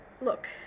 look